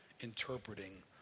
interpreting